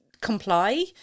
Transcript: comply